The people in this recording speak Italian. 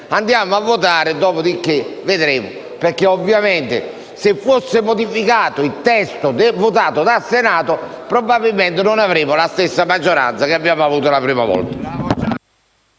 andiamo a votare, dopo di che vedremo, perché ovviamente se fosse modificato il testo votato dal Senato, probabilmente non ci sarebbe la stessa maggioranza che si è prodotta in prima lettura